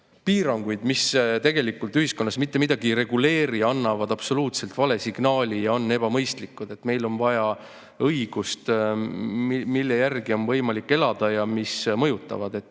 piirangud, mis tegelikult ühiskonnas mitte midagi ei reguleeri, annavad absoluutselt vale signaali ja on ebamõistlikud. Meil on vaja õigust, mille järgi on võimalik elada ja mis mõjutab.